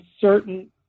certain